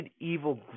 evil